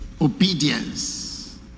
obedience